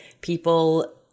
people